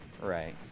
Right